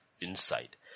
inside